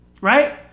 right